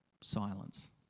Silence